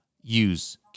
use